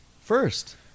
First